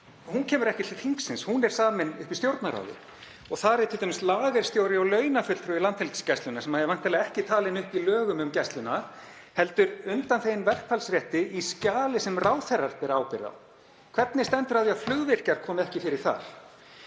kemur ekki til þingsins, hún er samin uppi í Stjórnarráði, og þar eru t.d. lagerstjóri og launafulltrúi Landhelgisgæslunnar sem eru væntanlega ekki taldir upp í lögum um Gæsluna heldur undanþegnir verkfallsrétti í skjali sem ráðherrar bera ábyrgð á. Hvernig stendur á því að flugvirkjar koma ekki fyrir þar?